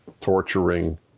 torturing